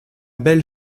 belle